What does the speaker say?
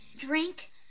drink